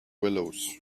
willows